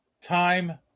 Time